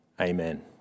Amen